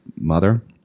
mother